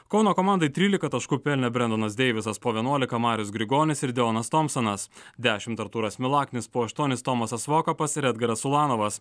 kauno komandai trylika taškų pelnė brendonas deivisas po vienuolika marius grigonis ir deonas tomsonas dešimt artūras milaknis po aštuonis tomasas vokapas ir edgaras ulanovas